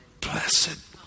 Blessed